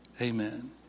Amen